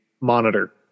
monitor